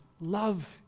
Love